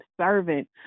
servant